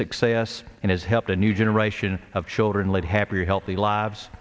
success and has helped a new generation of children lead happy healthy lives